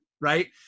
right